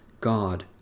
God